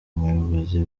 ubuyobozi